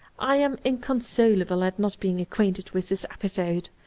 i am inconsolable at not being acquainted with this episode,